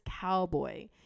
cowboy